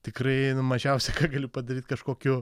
tikrai nu mažiausia ką galiu padaryt kažkokiu